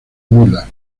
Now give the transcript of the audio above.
miller